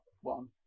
one